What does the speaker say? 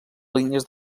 línies